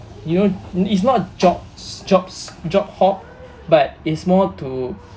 you know it's not jobs jobs job hop but is more to